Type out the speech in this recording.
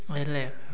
ହେଲେ